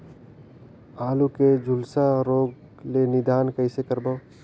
आलू के झुलसा रोग ले निदान कइसे करबो?